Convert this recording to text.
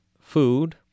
food